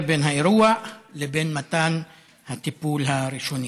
בין האירוע לבין מתן הטיפול הראשוני.